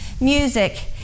music